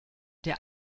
der